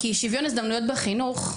כי שוויון הזדמנויות בחינוך,